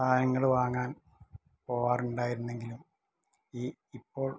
സാധനങ്ങൾ വാങ്ങാൻ പോവാറുണ്ടായിരുന്നെങ്കിലും ഈ ഇപ്പോൾ